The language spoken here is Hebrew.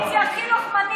אנחנו תמיד,